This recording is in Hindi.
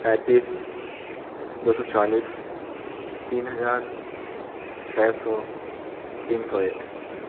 पैंतीस दो सौ चालीस तीन हज़ार छः सौ तीन सौ एक